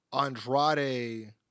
Andrade